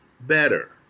better